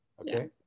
Okay